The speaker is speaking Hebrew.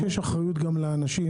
יש אחריות גם לאנשים,